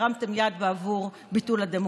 הרמתם יד בעבור ביטול הדמוקרטיה.